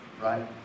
right